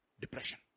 depression